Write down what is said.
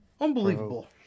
Unbelievable